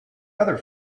other